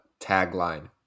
tagline